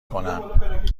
کنن